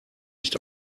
nicht